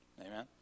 amen